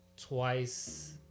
twice